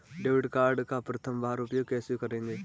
Debit card का प्रथम बार उपयोग कैसे करेंगे?